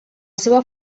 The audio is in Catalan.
seva